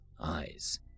eyes